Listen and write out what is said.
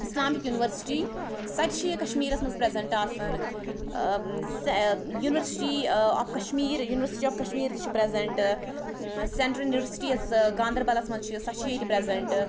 Islamic University سۄ تہِ چھِ یہِ کشمیٖرَس مَنٛز پرٛیٚزنٹہٕ آسان ٲں یونیٖوَرسٹی ٲں of Kashmir University of Kashmir تہِ چھِ پرٛیٚزنٹہٕ ٲں سیٚنٹرل یونیٖوَرسٹی یۄس ٲں گانٛدربَلَس مَنٛز چھِ سۄ چھِ ییٚتہِ پرٛیٚزنٹہٕ